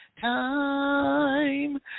time